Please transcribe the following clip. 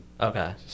Okay